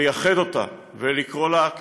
לייחד אותה ולקרוא לה,